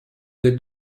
their